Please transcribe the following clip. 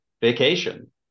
vacation